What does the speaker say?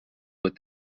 with